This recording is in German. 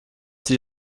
sie